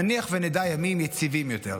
נניח שנדע ימים יציבים יותר,